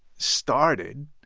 started,